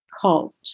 cult